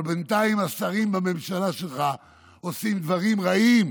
אבל בינתיים השרים בממשלה שלך עושים דברים רעים,